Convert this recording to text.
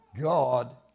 God